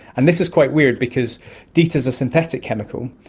and this is quite weird because deet is a synthetic chemical,